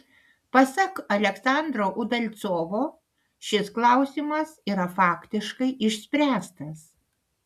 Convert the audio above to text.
pasak aleksandro udalcovo šis klausimas yra faktiškai išspręstas